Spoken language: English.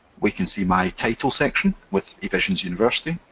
we can see my title section with evisions university,